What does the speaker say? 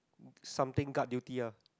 something guard duty ah